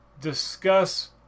discuss